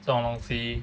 这种东西